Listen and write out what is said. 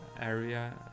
area